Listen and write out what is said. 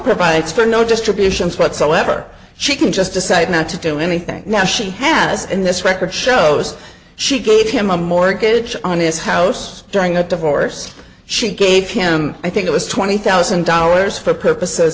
provides for no distributions whatsoever she can just decide not to do anything now she has in this record shows she gave him a mortgage on his house during a divorce she gave him i think it was twenty thousand dollars for purposes